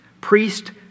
priest